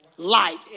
Light